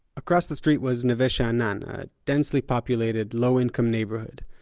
across the street was neve sha'anan, a densely populated low-income neighborhood.